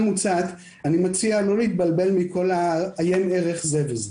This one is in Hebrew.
אני מציע לא להתבלבל מכל ה"עיין ערך זה וזה".